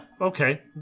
Okay